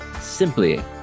simply